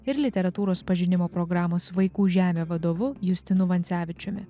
ir literatūros pažinimo programos vaikų žemė vadovu justinu vancevičiumi